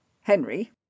Henry